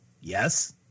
yes